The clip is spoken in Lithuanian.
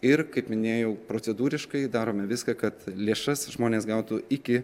ir kaip minėjau procedūriškai darome viską kad lėšas žmonės gautų iki